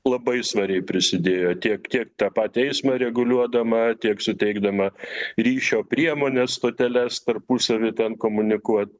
labai svariai prisidėjo tiek kiek tą patį eismą reguliuodama tiek suteikdama ryšio priemones stoteles tarpusavy ten komunikuot